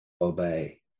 obey